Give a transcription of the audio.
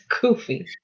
goofy